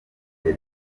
muri